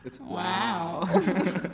wow